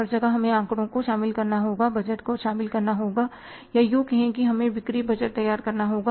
हर जगह हमें आंकड़ों को शामिल करना होगा बजट को शामिल करना होगा या यूं कहें कि हमें बिक्री बजट तैयार करना होगा